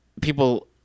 people